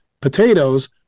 potatoes